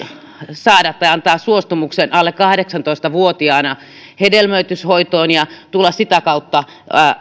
antaa suostumuksen alle kahdeksantoista vuotiaana hedelmöityshoitoon ja tulla sitä kautta